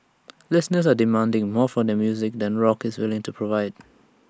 listeners are demanding more from their music than rock is willing to provide